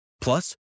Plus